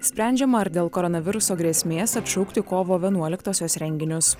sprendžiama ar dėl koronaviruso grėsmės atšaukti kovo vienuoliktosios renginius